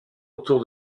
autour